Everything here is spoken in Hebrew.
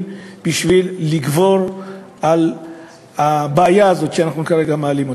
בשביל לגבור על הבעיה הזאת שאנחנו כרגע מעלים.